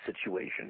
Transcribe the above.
situation